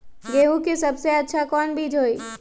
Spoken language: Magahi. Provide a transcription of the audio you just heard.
गेंहू के सबसे अच्छा कौन बीज होई?